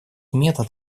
метод